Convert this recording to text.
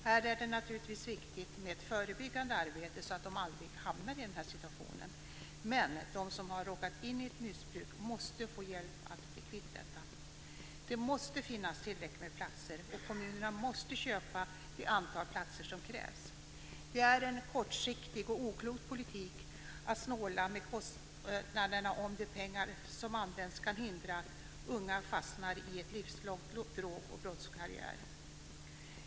Här är det naturligtvis viktigt med ett förebyggande arbete, så att de aldrig hamnar i den situationen. Men de som har råkat in i ett missbruk måste få hjälp att bli kvitt det. Det måste finnas tillräckligt med platser. Kommunerna måste köpa det antal platser som krävs. Det är en kortsiktig och oklok politik att snåla med pengarna om de kan hindra att unga fastnar i en livslång drog och brottskarriär.